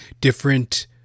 different